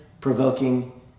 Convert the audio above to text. provoking